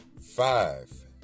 Five